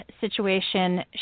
situation